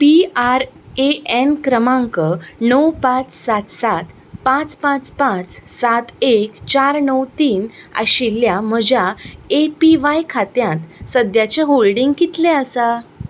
P R A N क्रमांक णव पांच सात सात पांच पांच पांच सात एक चार णव तीन आशिल्ल्या म्हज्या ए पी व्हाय खात्यांत सद्याचें होल्डिंग कितलें आसा